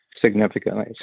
significantly